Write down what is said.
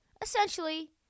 Essentially